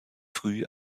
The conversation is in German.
früh